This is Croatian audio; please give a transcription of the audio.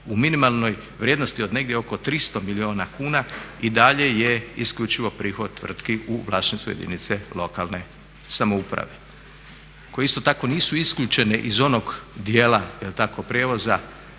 u minimalnoj vrijednosti od negdje oko 300 milijuna kuna i dalje je isključivo prihod tvrtki u vlasništvu jedinice lokalne samouprave. Koje isto tako nisu isključene iz onog dijela jel'